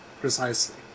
precisely